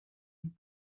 und